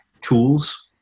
tools